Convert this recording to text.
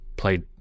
Played